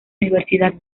universidad